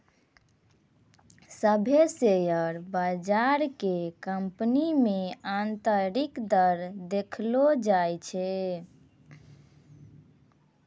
सभ्भे शेयर बजार के कंपनी मे आन्तरिक दर देखैलो जाय छै